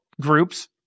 groups